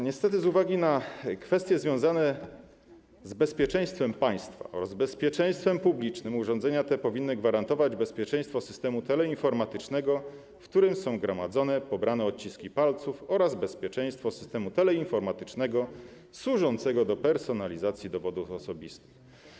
Niestety z uwagi na kwestie związane z bezpieczeństwem państwa oraz bezpieczeństwem publicznym urządzenia te powinny gwarantować bezpieczeństwo systemu teleinformatycznego, w którym są gromadzone pobrane odciski palców, oraz bezpieczeństwo systemu teleinformatycznego służącego do personalizacji dowodów osobistych.